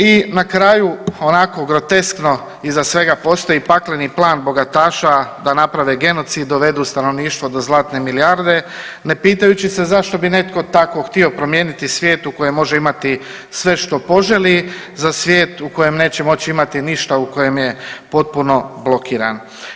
I na kraju onako groteskno iza svega postoji pakleni plan bogataša da naprave genocid, dovedu stanovništvo do zlatne milijarde ne pitajući se zašto bi netko tako htio promijeniti svijet u kojem može imati sve što poželi za svijet u kojem neće moći imati ništa u kojem je potpuno blokiran.